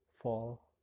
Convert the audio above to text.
fall